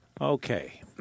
Okay